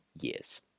years